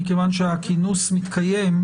מכיוון הכינוס מתקיים,